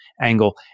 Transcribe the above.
angle